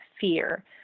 fear